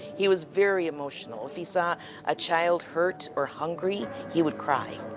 he was very emotional. if he saw a child hurt or hungry, he would cry.